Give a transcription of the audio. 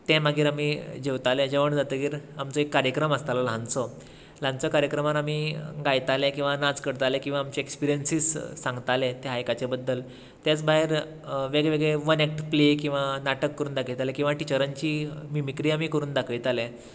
ते मागीर आमी जेवतालें जेवण जातकीर आमचो एक कार्यक्रम आसतालो ल्हानसो ल्हानसो कार्यक्रमान आमी गायताले किंवा नाच करताले किंवा आमचे एक्सपिरियन्सीस सांगताले त्या हायकाच्या बद्दल त्याच भायर वेगवेगळे वन एक्ट प्ले किंवा नाटक करून दाखयताले किंवा टिचरांची मिमिकरी आमी करून दाखयताले